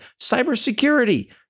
cybersecurity